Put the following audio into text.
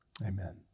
Amen